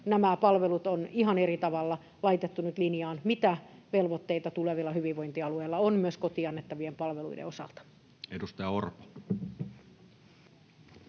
nämä palvelut on ihan eri tavalla laitettu nyt linjaan: mitä velvoitteita tulevilla hyvinvointialueilla on myös kotiin annettavien palveluiden osalta. [Speech 99]